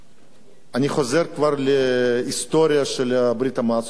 אני חוזר כבר להיסטוריה של ברית-המועצות לשעבר.